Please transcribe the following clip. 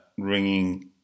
ringing